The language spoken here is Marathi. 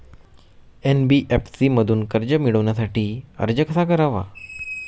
एन.बी.एफ.सी मधून कर्ज मिळवण्यासाठी अर्ज कसा करावा?